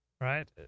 right